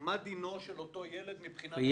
מה דינו של אותו ילד מבחינת ההסעה?